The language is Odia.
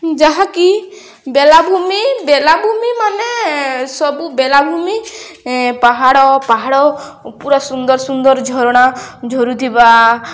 ଯାହାକି ବେଳାଭୂମି ବେଳାଭୂମି ମାନେ ସବୁ ବେଳାଭୂମି ପାହାଡ଼ ପାହାଡ଼ ପୁରା ସୁନ୍ଦର ସୁନ୍ଦର ଝରଣା ଝରୁଥିବା